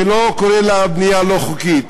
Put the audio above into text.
אני לא קורא לה בנייה לא חוקית,